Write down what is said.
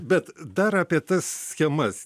bet dar apie tas schemas